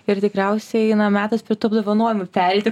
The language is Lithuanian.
ir tikriausiai metas prie tų apdovanojimų pereiti